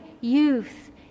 youth